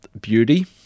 beauty